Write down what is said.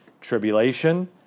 Tribulation